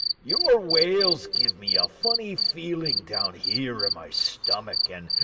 your wails give me a funny feeling down here in my stomach and